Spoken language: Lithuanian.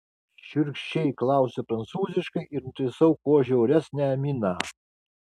šiurkščiai klausiu prancūziškai ir nutaisau kuo žiauresnę miną